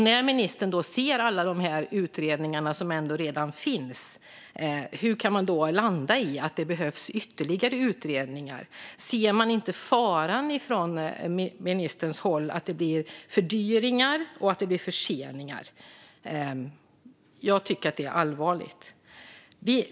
När ministern ser alla de utredningar som redan finns - hur kan han då landa i att det behövs ytterligare utredningar? Ser ministern inte faran i att det blir fördyringar och förseningar? Jag tycker att det är allvarligt.